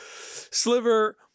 sliver